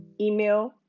email